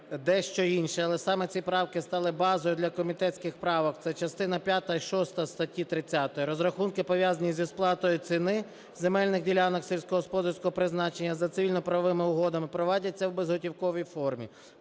дещо інше. Але саме ці правки стали базові для комітетських правок. Це частина п'ята і шоста статті 30: "Розрахунки, пов'язані зі сплатою ціни земельних ділянок сільськогосподарського призначення за цивільно-правовими угодами, провадяться в безготівковій формі.